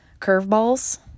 curveballs